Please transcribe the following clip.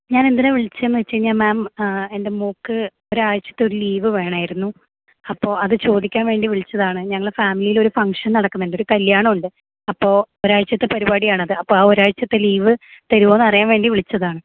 ഞാനെന്തിനാണ് വിളിച്ചതെന്നുവെച്ചുകഴിഞ്ഞാൽ മാം എൻ്റെ മോൾക്ക് ഒരാഴ്ചത്തെയൊരു ലീവ് വേണാമായിരുന്നു അപ്പോൾ അത് ചോദിക്കാൻവേണ്ടി വിളിച്ചതാണ് ഞങ്ങൾ ഫാമിലീലൊരു ഫങ്ഷൻ നടക്കുന്നുണ്ട് ഒരു കല്യാണമുണ്ട് അപ്പോൾ ഒരാഴ്ചത്തെ പരിപാടിയാണത് അപ്പോൾ ആ ഒരാഴ്ച്ചത്തെ ലീവ് തരുവോന്നറിയാൻ വേണ്ടി വിളിച്ചതാണ്